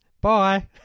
Bye